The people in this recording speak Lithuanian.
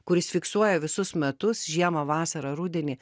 kuris fiksuoja visus metus žiemą vasarą rudenį